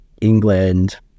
England